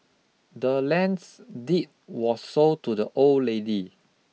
the land's deed was sold to the old lady